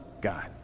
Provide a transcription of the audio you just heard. God